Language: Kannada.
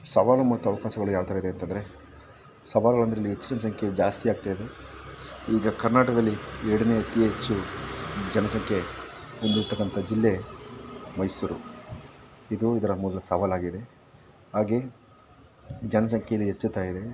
ಸವಾಲು ಮತ್ತು ಅವಕಾಶಗಳು ಯಾವ ಥರ ಇದೆ ಅಂತ ಅಂದ್ರೆ ಸವಾಲು ಅದರಲ್ಲಿ ಹೆಚ್ಚಿನ ಸಂಖ್ಯೆಯಲ್ಲಿ ಜಾಸ್ತಿ ಆಗ್ತಾಯಿದೆ ಈಗ ಕರ್ನಾಟಕದಲ್ಲಿ ಎರಡನೇ ಅತಿ ಹೆಚ್ಚು ಜನಸಂಖ್ಯೆ ಹೊಂದಿರ್ತಕ್ಕಂಥ ಜಿಲ್ಲೆ ಮೈಸೂರು ಇದು ಇದರ ಮೊದಲ ಸವಾಲು ಆಗಿದೆ ಹಾಗೆ ಜನಸಂಖ್ಯೆಯಲ್ಲಿ ಎಚ್ಚೆತ್ತಾಗಿದೆ